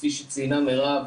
כפי שציינה מירב,